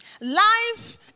life